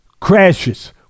crashes